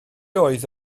oedd